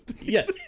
yes